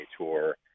Tour